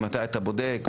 ממתי אתה בודק,